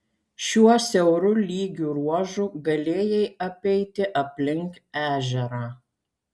šiuo siauru lygiu ruožu galėjai apeiti aplink ežerą